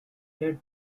led